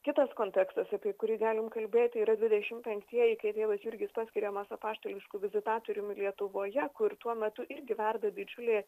kitas kontekstas apie kurį galim kalbėti yra dvidešimt penktieji kai tėvas jurgis paskiriamas apaštališku vizitatoriumi lietuvoje kur tuo metu irgi verda didžiulė